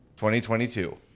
2022